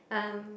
um